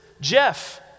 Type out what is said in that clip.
Jeff